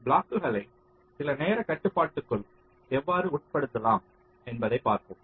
இப்போது ப்ளாக்குகளை சில நேர கட்டுப்பாட்டுக்குள் எவ்வாறு உட்படுத்தலாம் என்பதைப் பார்ப்போம்